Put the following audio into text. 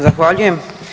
Zahvaljujem.